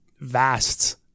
vast